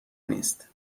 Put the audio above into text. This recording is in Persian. نیست